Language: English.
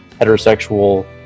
heterosexual